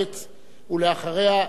אחריה, יובל צלנר.